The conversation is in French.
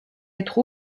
être